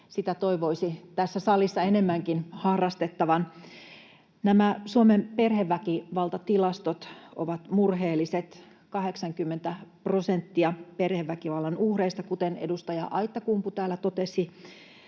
Sitä toivoisi tässä salissa enemmänkin harrastettavan. Nämä Suomen perheväkivaltatilastot ovat murheelliset. 80 prosenttia perheväkivallan uhreista, kuten edustaja Aittakumpu täällä totesi,